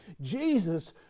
Jesus